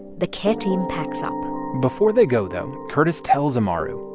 the care team packs up before they go, though, curtis tells amaru,